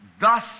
thus